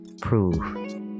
prove